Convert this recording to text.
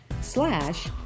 slash